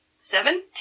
seven